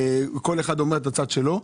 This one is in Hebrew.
כשכל אחד אומר את הצד שלו.